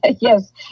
Yes